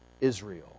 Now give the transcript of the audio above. Israel